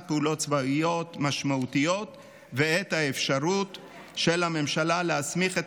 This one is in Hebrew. פעולות צבאיות משמעותיות ואת האפשרות של הממשלה להסמיך את